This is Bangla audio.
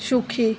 সুখী